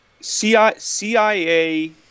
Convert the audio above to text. CIA